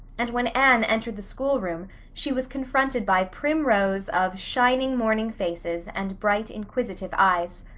and when anne entered the schoolroom she was confronted by prim rows of shining morning faces and bright, inquisitive eyes.